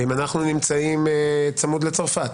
ואם אנחנו נמצאים צמוד לצרפת,